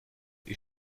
ich